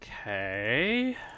Okay